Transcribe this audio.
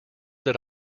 that